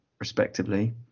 respectively